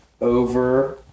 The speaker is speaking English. over